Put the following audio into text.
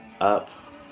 up